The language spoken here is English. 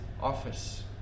office